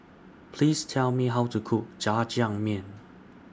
Please Tell Me How to Cook Jajangmyeon